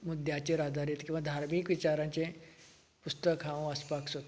मुद्द्याचेर आदारीत किंवां धार्मीक विचाराचें पुस्तक हांव वाचपाक सोदतां